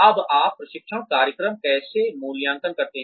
अब आप प्रशिक्षण कार्यक्रम कैसे मूल्यांकन करते हैं